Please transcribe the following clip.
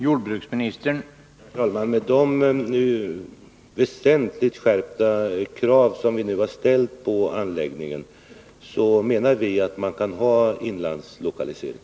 Herr talman! Med hänsyn till de väsentligt skärpta krav som vi nu har ställt på anläggningen menar vi att man kan ha inlandslokalisering.